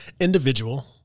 individual